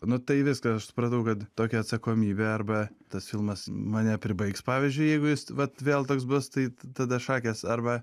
nu tai viską aš supratau kad tokia atsakomybė arba tas filmas mane pribaigs pavyzdžiui jeigu jis vat vėl toks bus tai tada šakės arba